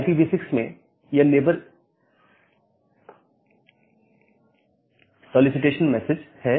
IPv6 में यह neighbour solicitation message है